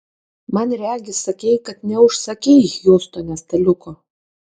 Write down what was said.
man regis sakei kad neužsakei hjustone staliuko